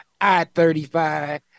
i-35